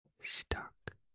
stuck